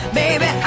baby